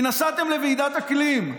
כי נסעתם לוועידת אקלים,